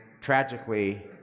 tragically